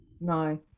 No